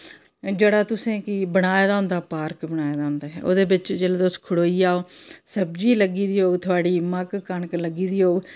जेह्ड़ा तुसें कि बनाए दा होंदा पार्क बनाए दा होंदा ओह्दे बिच्च जेल्लै तुस खड़ोई जाओ सब्जी लग्गी दी होग थुआढ़ी मक्क कनक लग्गी दा होग